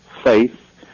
faith